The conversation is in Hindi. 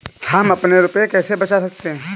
हम अपने रुपये कैसे बचा सकते हैं?